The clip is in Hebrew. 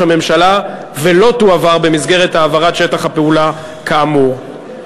הממשלה ולא תועבר במסגרת העברת שטחי הפעולה כאמור.